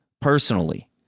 Personally